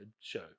show